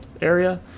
area